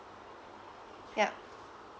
yup